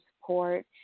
support